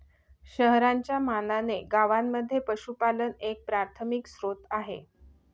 शहरांच्या मानाने गावांमध्ये पशुपालन एक प्राथमिक स्त्रोत आहे